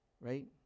right